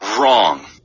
Wrong